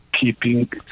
keeping